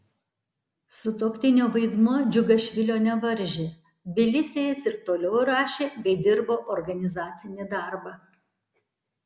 sutuoktinio vaidmuo džiugašvilio nevaržė tbilisyje jis ir toliau rašė bei dirbo organizacinį darbą